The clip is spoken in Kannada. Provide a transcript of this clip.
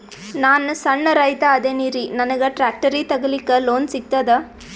ನಾನ್ ಸಣ್ ರೈತ ಅದೇನೀರಿ ನನಗ ಟ್ಟ್ರ್ಯಾಕ್ಟರಿ ತಗಲಿಕ ಲೋನ್ ಸಿಗತದ?